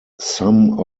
some